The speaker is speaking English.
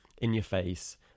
in-your-face